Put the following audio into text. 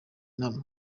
inama